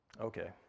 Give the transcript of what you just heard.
Okay